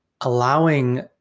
allowing